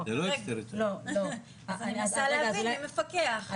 אני מנסה להבין מי מפקח.